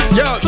yo